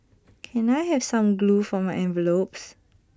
can I have some glue for my envelopes